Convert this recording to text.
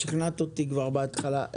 שכנעת אותי כבר בתחילת דבריך.